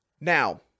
Now